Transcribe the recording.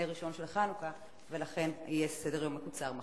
נר ראשון של חנוכה, ולכן יהיה סדר-יום מקוצר מחר.